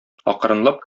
акрынлап